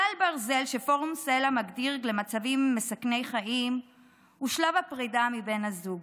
כלל ברזל שפורום סלה מגדיר למצבים מסכני חיים הוא שלב הפרדה מבן הזוג.